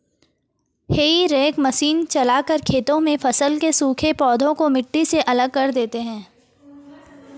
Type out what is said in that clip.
हेई rake machine चलाकर खेतों में फसल के सूखे पौधे को मिट्टी से अलग कर देते हैं